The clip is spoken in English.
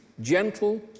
Gentle